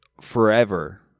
forever